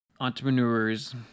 entrepreneurs